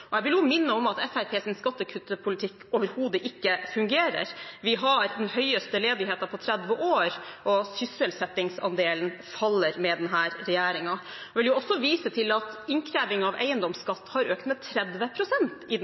prestisjeprosjekt. Jeg vil minne om at Fremskrittspartiets skattekuttpolitikk overhodet ikke fungerer. Vi har den høyeste ledigheten på 30 år, og sysselsettingsandelen faller med denne regjeringen. Jeg vil også vise til at innkrevingen av eiendomsskatt har økt med 30 pst. i